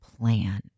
plan